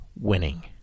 winning